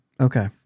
Okay